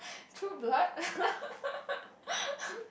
through blood